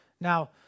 Now